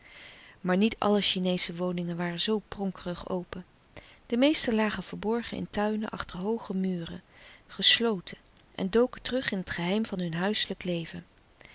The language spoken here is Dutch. maar niet alle chineesche woningen waren zoo pronkerig open de meeste lagen verborgen in tuinen achter hooge muren gesloten en doken terug in het geheim van hun huiselijk leven